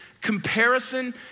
comparison